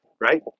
right